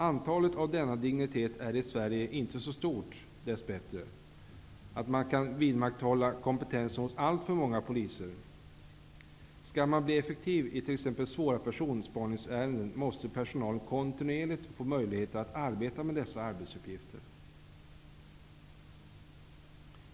Antalet brott av denna dignitet är i Sverige inte så stort, dess bättre, att man kan vidmakthålla kompetensen hos alltför många poliser. Skall man bli effektiv i t.ex. svåra personspaningsärenden, måste personalen kontinuerligt få möjlighet att arbeta med dessa arbetsuppgifter.